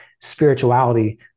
spirituality